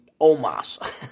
omas